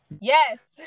Yes